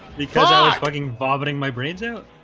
because i was buggin vomiting my brains out.